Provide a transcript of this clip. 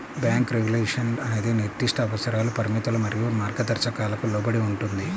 bank regulation అనేది నిర్దిష్ట అవసరాలు, పరిమితులు మరియు మార్గదర్శకాలకు లోబడి ఉంటుంది,